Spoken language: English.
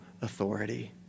authority